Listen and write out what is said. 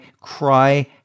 cry